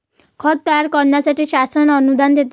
खत तयार करण्यासाठी शासन अनुदान देते